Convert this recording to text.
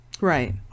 Right